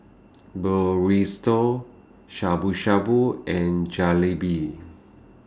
Burrito Shabu Shabu and Jalebi